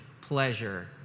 pleasure